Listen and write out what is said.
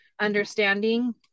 understanding